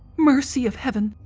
mercy of heaven,